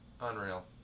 Unreal